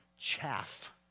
chaff